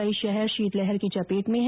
कई शहर शीतलहर की चपेट में है